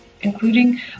including